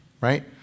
Right